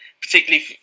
particularly